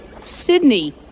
Sydney